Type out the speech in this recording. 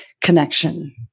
connection